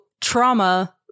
trauma